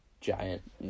giant